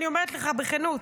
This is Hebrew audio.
אני אומרת לך בכנות.